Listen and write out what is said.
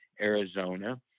Arizona